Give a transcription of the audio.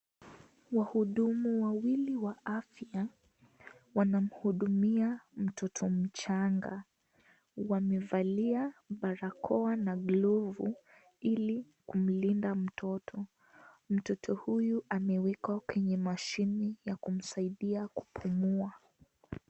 Wahudumu wawili wa afya wanamhudumia mtoto mchanga. Wamevalia barakoa na glovu ili kumlinda mtoto. Mtoto huyu amewekwa kwenye mashine ya kumsaidia kupumua.